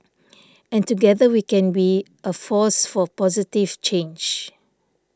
and together we can be a force for positive change